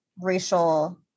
racial